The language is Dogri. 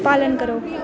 पालन करो